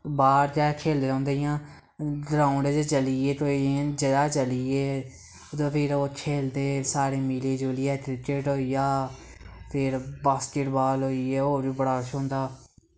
बाह्र गै खेलदे रौंह्दे इ'यां ग्राउंड च चली गे कोई इ'यां जगह् चली गे ते फ्ही ओह् खेलदे सारे मिली जुलियै क्रिकेट होई गेआ फिर बास्किटबाल होई गेआ होर बी बड़ा किश होंदा